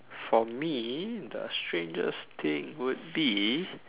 for me the strangest thing would be